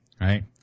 right